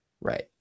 Right